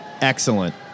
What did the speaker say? Excellent